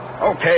Okay